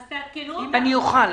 אם אוכל.